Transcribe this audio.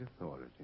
authority